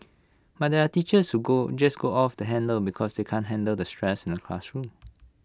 but there are teachers who go just go off the handle because they can't handle the stress in the classroom